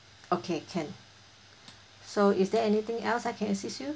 okay can so is there anything else I can assist you